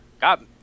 got